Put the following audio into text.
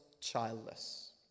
childless